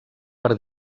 per